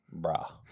Bruh